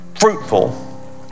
fruitful